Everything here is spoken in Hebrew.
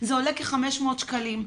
זה עולה כ-500 שקלים,